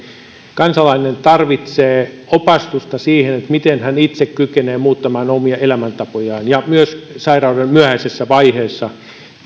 kansalainen tarvitsee opastusta siihen miten hän itse kykenee muuttamaan omia elämäntapojaan myös sairauden myöhäisessä vaiheessa